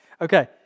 Okay